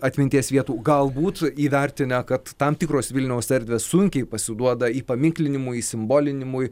atminties vietų galbūt įvertinę kad tam tikros vilniaus erdvės sunkiai pasiduoda įpaminklinimui įsimbolinimui